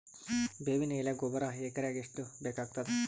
ಬೇವಿನ ಎಲೆ ಗೊಬರಾ ಎಕರೆಗ್ ಎಷ್ಟು ಬೇಕಗತಾದ?